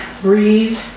breathe